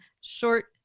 short